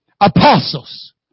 apostles